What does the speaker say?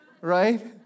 right